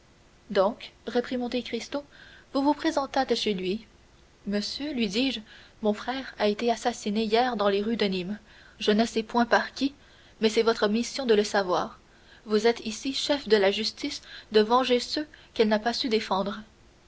donc reprit monte cristo vous vous présentâtes chez lui monsieur lui dis-je mon frère a été assassiné hier dans les rues de nîmes je ne sais point par qui mais c'est votre mission de le savoir vous êtes ici chef de la justice et c'est à la justice de venger ceux qu'elle n'a pas su défendre